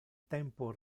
tempo